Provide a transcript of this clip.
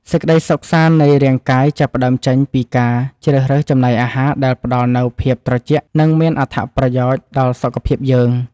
សេចក្តីសុខសាន្តនៃរាងកាយចាប់ផ្តើមចេញពីការជ្រើសរើសចំណីអាហារដែលផ្ដល់នូវភាពត្រជាក់និងមានអត្ថប្រយោជន៍ដល់សុខភាពយើង។